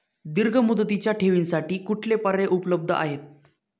दीर्घ मुदतीच्या ठेवींसाठी कुठले पर्याय उपलब्ध आहेत?